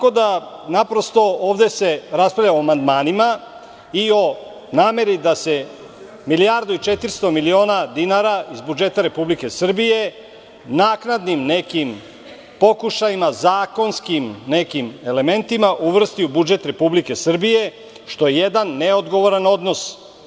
Ovde se raspravlja o amandmanima i o nameri da se milijardu i 400 miliona dinara iz budžeta Republike Srbije naknadnim nekim pokušajima, zakonskim elementima, uvrsti u budžet Republike Srbije, što je jedan neodgovoran odnos.